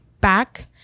back